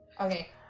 Okay